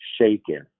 shaken